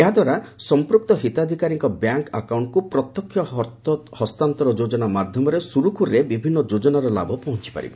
ଏହାଦ୍ୱାରା ସଂପୃକ୍ତ ହିତାଧିକାରୀଙ୍କ ବ୍ୟାଙ୍କ ଆକାଉଣ୍ଟକୁ ପ୍ରତ୍ୟକ୍ଷ ଅର୍ଥ ହସ୍ତାନ୍ତର ଯୋଜନା ମାଧ୍ୟମରେ ସୁରୁଖୁରୁରେ ବିଭିନ୍ନ ଯୋଜନାର ଲାଭ ପହଞ୍ଚପାରିବ